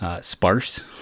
sparse